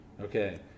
Okay